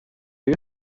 you